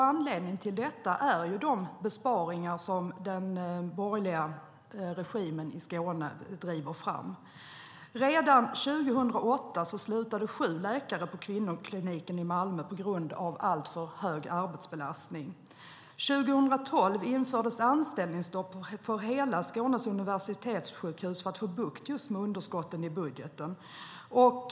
Anledningen till detta är de besparingar som den borgerliga regimen i Skåne driver fram. Redan 2008 slutade sju läkare på kvinnokliniken i Malmö på grund av alltför hög arbetsbelastning. År 2012 infördes anställningsstopp för hela Skånes universitetssjukhus för att få bukt med underskotten i budgeten.